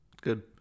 Good